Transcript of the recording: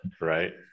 right